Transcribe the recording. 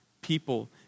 people